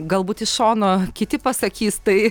galbūt iš šono kiti pasakys tai